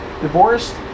divorced